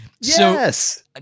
Yes